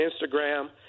Instagram